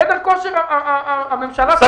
חדר כושר הממשלה סגרה.